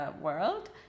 world